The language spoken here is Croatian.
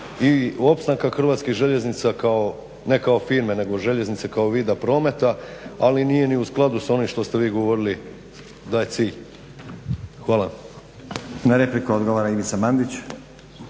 i opstanka Hrvatskim željeznica kao, ne kao firme nego željeznice kao vida prometa ali nije ni u skladu sa onim što ste vi govorili da je cilj. Hvala. **Stazić, Nenad (SDP)** Na repliku odgovara Ivica Mandić.